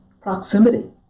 proximity